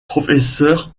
professeur